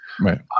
right